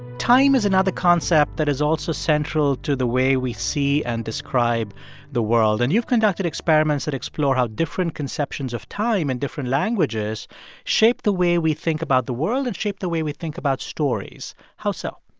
time is another concept that is also central to the way we see and describe the world. and you've conducted experiments that explore how different conceptions of time in different languages shape the way we think about the world and shape the way we think about stories. how so?